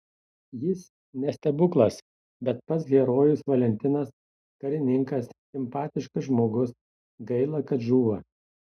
jis ne stebuklas bet pats herojus valentinas karininkas simpatiškas žmogus gaila kad žūva